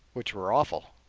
which were awful.